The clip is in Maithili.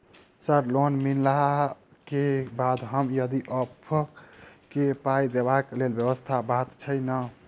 सर लोन मिलला केँ बाद हम यदि ऑफक केँ मे पाई देबाक लैल व्यवस्था बात छैय नै?